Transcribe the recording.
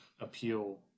appeal